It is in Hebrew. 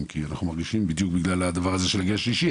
כי אנחנו מרגישים בדיוק בגלל דבר הזה של הגיל השלישי,